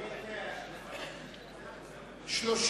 לא נתקבלו.